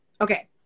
Okay